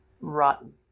Rotten